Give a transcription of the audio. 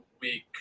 week